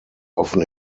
often